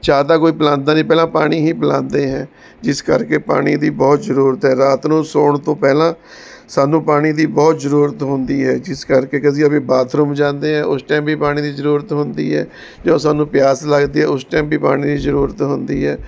ਚਾਹ ਤਾਂ ਕੋਈ ਪਲਾਂਦਾ ਨਹੀਂ ਪਹਿਲਾਂ ਪਾਣੀ ਹੀ ਪਲਾਂਦੇ ਹੈ ਜਿਸ ਕਰਕੇ ਪਾਣੀ ਦੀ ਬਹੁਤ ਜ਼ਰੂਰਤ ਹੈ ਰਾਤ ਨੂੰ ਸੋਣ ਤੋਂ ਪਹਿਲਾਂ ਸਾਨੂੰ ਪਾਣੀ ਦੀ ਬਹੁਤ ਜ਼ਰੂਰਤ ਹੁੰਦੀ ਹੈ ਜਿਸ ਕਰਕੇ ਕਿ ਅਸੀਂ ਬਾਥਰੂਮ ਜਾਂਦੇ ਹੈ ਉਸ ਟਾਈਮ ਵੀ ਪਾਣੀ ਦੀ ਜ਼ਰੂਰਤ ਹੁੰਦੀ ਹੈ ਜੋ ਸਾਨੂੰ ਪਿਆਸ ਲੱਗਦੀ ਹੈ ਉਸ ਟਾਈਮ ਵੀ ਪਾਣੀ ਦੀ ਜ਼ਰੂਰਤ ਹੁੰਦੀ ਹੈ